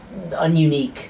ununique